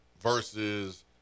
versus